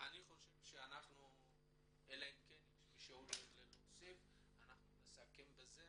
אם למישהו אין עוד מה להוסיף נסכם בזה